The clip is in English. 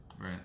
right